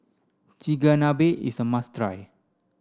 Chigenabe is a must try